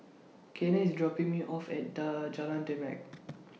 Cayden IS dropping Me off At Jalan Demak